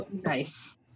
nice